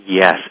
Yes